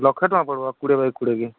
ଲକ୍ଷ ଟଙ୍କା ପଡ଼ିବ କୋଡ଼ିଏ ବାଇ କୋଡ଼ିଏ କେ